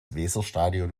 weserstadion